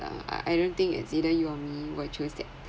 uh I I don't think it's either you or me will choose that